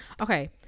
Okay